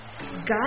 God